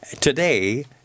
today